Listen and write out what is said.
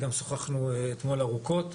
שוחחנו אתמול ארוכות.